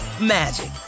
magic